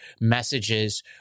messages